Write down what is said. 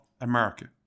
America